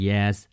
Yes